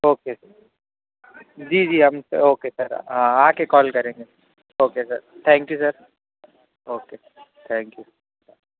okay sir جی جی ہم اوکے سر آ کے کال کریں گے okay sir thank you sir okay thank you